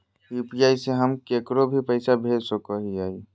UPI से हम केकरो भी पैसा भेज सको हियै?